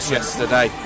yesterday